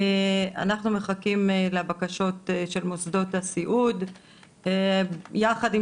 אנחנו מחכים לבקשות של מוסדות הסיעוד ויחד עם